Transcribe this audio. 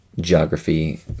geography